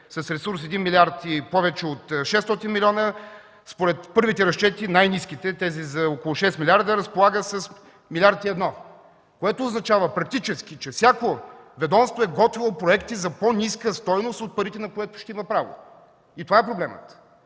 с ресурс 1 млрд. и повече от 600 млн.евро, според първите разчети, най-ниските, тези за около 6 милиарда, разполага с 1,1 млрд. евро, което означава практически, че всяко ведомство е готвило проекти за по-ниска стойност от парите, на които ще има право. Това е проблемът!